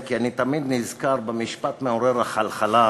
כי אני תמיד נזכר במשפט מעורר החלחלה